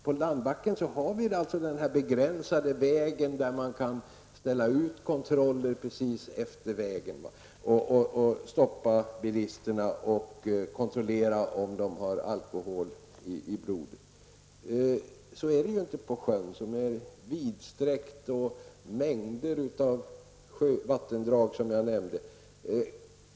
På landbacken har man ju den begränsade vägen där man kan ställa ut kontroller utefter vägen, stoppa bilisterna och kontrollera om de har alkohol i blodet. Så är det inte på sjön. Sjön är ju vidsträckt, och det finns mängder av vattendrag.